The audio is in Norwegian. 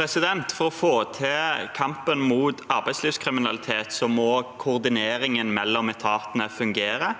For å få til kampen mot arbeidslivskriminalitet må koordineringen mellom etatene fungere,